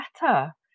better